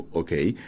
okay